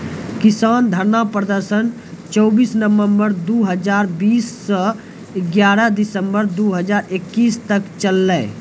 किसान धरना प्रदर्शन चौबीस नवंबर दु हजार बीस स ग्यारह दिसंबर दू हजार इक्कीस तक चललै